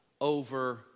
over